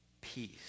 peace